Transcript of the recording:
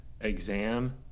exam